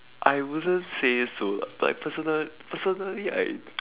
I wouldn't say so lah like personal~ personally I